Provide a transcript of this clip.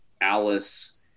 Alice